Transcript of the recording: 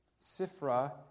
Sifra